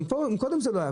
גם קודם זה לא היה.